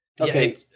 Okay